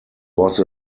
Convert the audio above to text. was